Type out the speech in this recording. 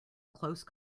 close